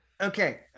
okay